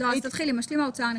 תתחילי מ"משלים ההוצאה הנחסכת".